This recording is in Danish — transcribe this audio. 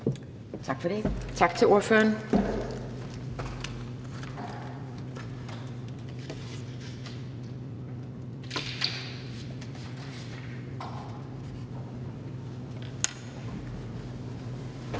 Tak for det. Tak til ordføreren.